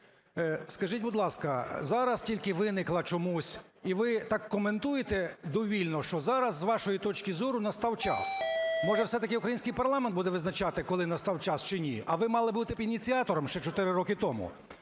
Скажіть, будь ласка, зараз тільки виникла чомусь, і ви так коментуєте довільно, що зараз, з вашої точки зору, настав час. Може все-таки український парламент буде визначати, коли настав час чи ні, а ви мали б бути ініціатором ще 4 роки тому?